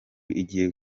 igiye